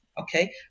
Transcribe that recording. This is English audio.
okay